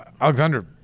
Alexander